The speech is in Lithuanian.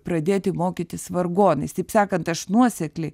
pradėti mokytis vargonais taip sakant aš nuosekliai